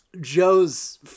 Joe's